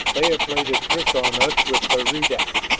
they have played a trick on us with their redax.